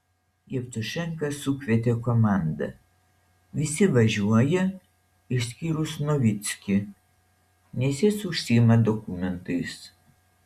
jevtušenka sukvietė komandą visi važiuoja išskyrus novickį nes jis užsiima dokumentais